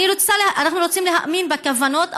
אנחנו רוצים להאמין בכוונות,